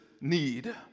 need